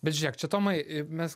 bet žiūrėk čia tomai mes